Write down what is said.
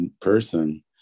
person